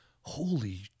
holy